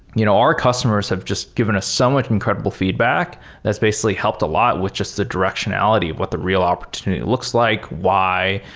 you know our customers have just given a somewhat incredible feedback that's basically helped a lot with just the directionality of what the real opportunity looks like. why?